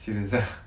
serious ah